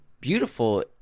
beautiful